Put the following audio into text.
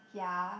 ya